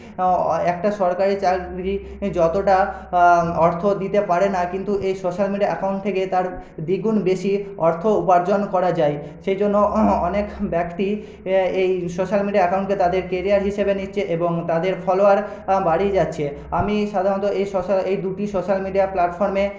অ একটা সরকারি চাকরি যতোটা অর্থ দিতে পারে না কিন্তু এই সোশ্যাল মিডিয়া অ্যাকাউন্ট থেকে তার দ্বিগুণ বেশি অর্থ উপার্জন করা যায় সেই জন্য অনেক ব্যক্তি এ এই সোশ্যাল মিডিয়া অ্যাকাউন্টকে তাদের কেরিয়ার হিসাবে নিচ্চে এবং তাদের ফলোয়ার বাড়িয়েই যাচ্ছে আমি সাধারণত এই সোশ্যাল এই দুটি সোশ্যাল মিডিয়া প্ল্যাটফর্মে